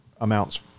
amounts